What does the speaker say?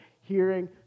hearing